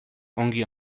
ongi